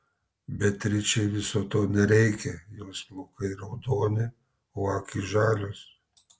beatričei viso to nereikia jos plaukai raudoni o akys žalios